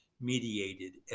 mediated